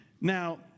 Now